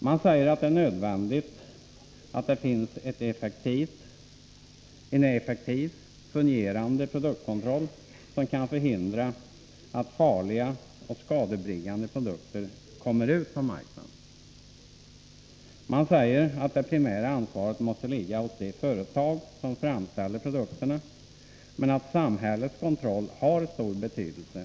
Man säger att det är nödvändigt att det finns en effektiv och fungerande produktkontroll som kan förhindra att farliga och skadebringande produkter kommer ut på marknaden. Man säger att det primära ansvaret måste ligga hos de företag som framställer produkterna men att samhällets kontroll har stor betydelse.